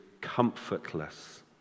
comfortless